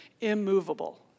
Immovable